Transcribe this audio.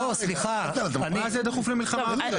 מה זה דחוף למלחמה עכשיו?